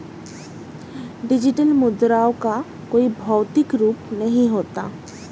digital मुद्राओं का कोई भौतिक रूप नहीं होता